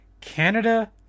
Canada